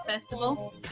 festival